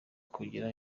kugira